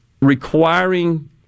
requiring